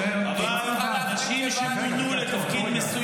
אתה לא חייב לבחור.